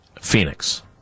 Phoenix